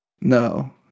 No